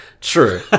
true